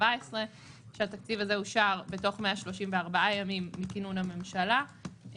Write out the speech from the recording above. שהתקציב הזה אושר בתוך 134 ימים מכינון הממשלה,